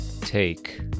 take